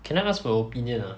can I ask for your opinion ah